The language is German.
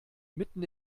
mitten